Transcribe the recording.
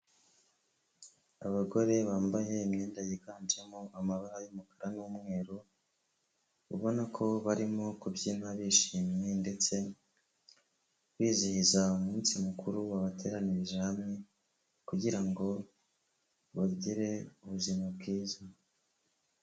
Abagore bambaye imyenda yiganjemo amabara y'umukara n'umweru, ubona ko barimo kubyina bishimye ndetse bizihiza umunsi mukuru wabateranirije hamwe kugira ngo bagire ubuzima bwiza.